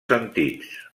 sentits